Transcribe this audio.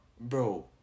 bro